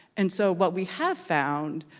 and so what we have found